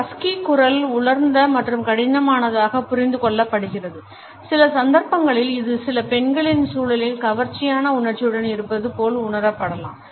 ஒரு ஹஸ்கி குரல் உலர்ந்த மற்றும் கடினமானதாக புரிந்து கொள்ளப்படுகிறது சில சந்தர்ப்பங்களில் இது சில பெண்களின் சூழலில் கவர்ச்சியான உணர்ச்சியுடன் இருப்பது போல் உணரப்படலாம்